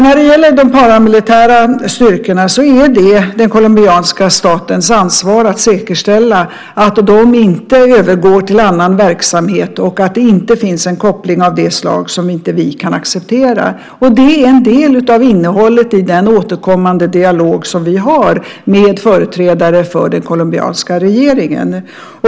När det gäller de paramilitära styrkorna är det den colombianska statens ansvar att säkerställa att de inte övergår till annan verksamhet och att det inte finns en koppling av det slag som vi inte kan acceptera. Det är en del av innehållet i den återkommande dialog som vi har med företrädare för den colombianska regeringen.